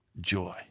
joy